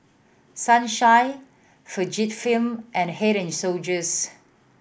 Sunshine Fujifilm and Head and Shoulders